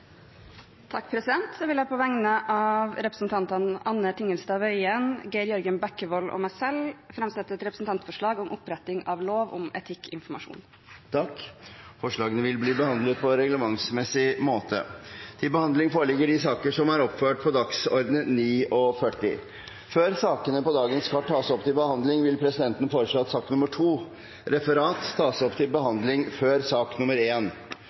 Jeg vil på vegne av representantene Anne Tingelstad Wøien, Geir Jørgen Bekkevold og meg selv framsette et representantforslag om oppretting av lov om etikkinformasjon. Forslagene vil bli behandlet på reglementsmessig måte. Før sakene på dagens kart tas opp til behandling, vil presidenten foreslå at sak nr. 2, Referat, tas opp til behandling før sak